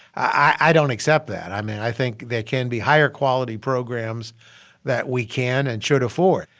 i don't accept that. i mean, i think there can be higher quality programs that we can and should afford.